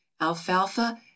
Alfalfa